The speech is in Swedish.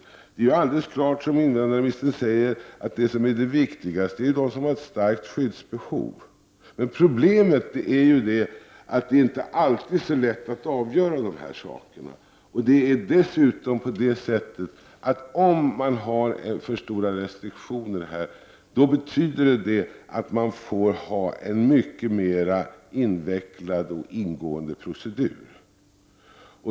Det är alldeles klart, som invandrarministern säger, att det viktigaste måste vara de som har ett starkt skyddsbehov. Problemet är att det inte alltid är så lätt att avgöra sådana saker. Det är dessutom på det sättet att om man har för starka restriktioner, betyder det att man får ha en mycket mera invecklad och ingående procedur.